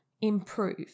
improve